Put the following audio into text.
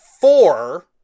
four